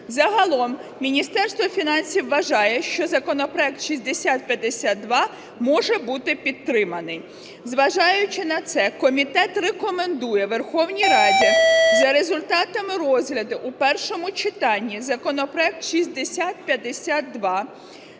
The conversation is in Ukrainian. Загалом Міністерство фінансів вважає, що законопроект 6052 може бути підтриманий. Зважаючи на це комітет рекомендує Верховній Раді за результатами розгляду у першому читанні законопроект 6052